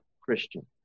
Christian